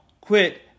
quit